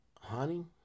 honey